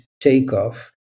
takeoff